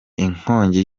inkongi